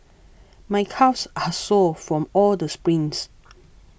my calves are sore from all the sprints